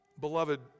Beloved